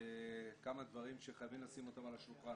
כמה דברים שחייבים לשים אותם על השולחן.